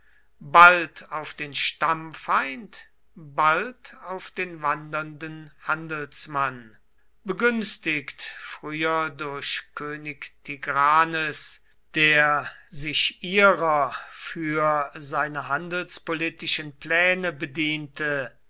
bald auf den stammfeind bald auf den wandernden handelsmann begünstigt früher durch könig tigranes der sich ihrer für seine handelspolitischen pläne bediente